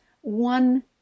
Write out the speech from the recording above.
one